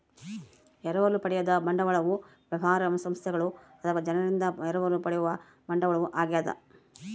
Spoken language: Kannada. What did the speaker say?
ಎರವಲು ಪಡೆದ ಬಂಡವಾಳವು ವ್ಯವಹಾರ ಸಂಸ್ಥೆಗಳು ಅಥವಾ ಜನರಿಂದ ಎರವಲು ಪಡೆಯುವ ಬಂಡವಾಳ ಆಗ್ಯದ